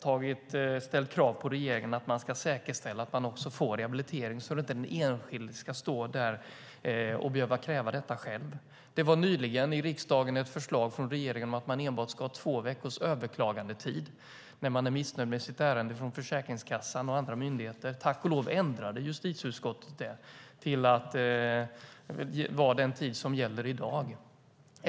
Vi har ställt krav på regeringen att det ska säkerställas att man också får rehabilitering, så att inte den enskilde ska stå där och behöva kräva detta själv. Det var nyligen i riksdagen ett förslag från regeringen om att man enbart ska ha två veckors överklagandetid när man är missnöjd med beslutet från Försäkringskassan och andra myndigheter. Tack och lov ändrade justitieutskottet det till att vara den tid som gäller i dag.